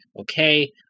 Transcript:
Okay